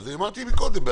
אז אמרתי קודם,